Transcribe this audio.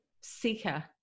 seeker